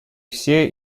все